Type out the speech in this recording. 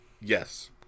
yes